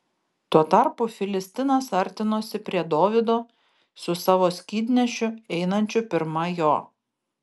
tuo tarpu filistinas artinosi prie dovydo su savo skydnešiu einančiu pirma jo